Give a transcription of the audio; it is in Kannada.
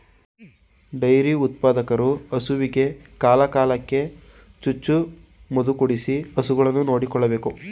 ಡೈರಿ ಉತ್ಪಾದಕರು ಹಸುವಿಗೆ ಕಾಲ ಕಾಲಕ್ಕೆ ಚುಚ್ಚು ಮದುಕೊಡಿಸಿ ಹಸುಗಳನ್ನು ನೋಡಿಕೊಳ್ಳಬೇಕು